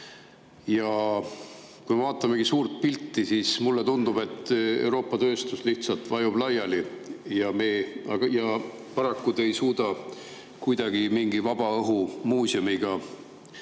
Ja kui me vaatame suurt pilti, siis mulle tundub, et Euroopa tööstus lihtsalt vajub laiali. Ja paraku te ei suuda kuidagi mingi vabaõhumuuseumiga